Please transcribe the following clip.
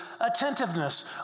attentiveness